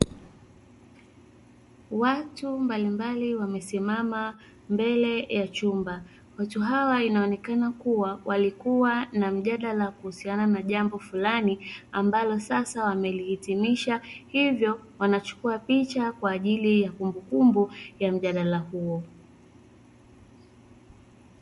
Watu mbalimbali wamesimama mbele ya chumba. Watu hawa inaonekana kuwa walikuwa na mjadala kuhusiana na jambo fulani ambalo sasa wamelihitimisha, hivyo wanachukua picha kwa ajili ya kumbukumbu ya mjadala huo.